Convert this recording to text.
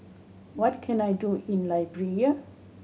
what can I do in Liberia